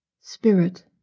spirit